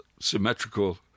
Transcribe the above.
symmetrical